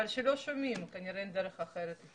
אבל כשלא שומעים כנראה אין דרך אחרת.